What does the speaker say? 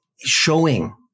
showing